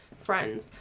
friends